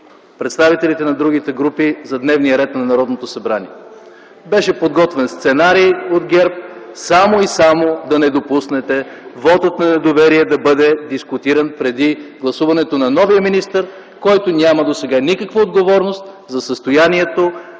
представителите на другите групи за дневния ред на Народното събрание. Беше подготвен сценарий от ГЕРБ, само и само да не допуснете вотът на недоверие да бъде дискутиран преди гласуването на новия министър, който няма досега никаква отговорност за състоянието